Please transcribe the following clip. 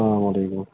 اَسَلامُ علیکُم